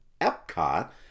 Epcot